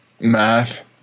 math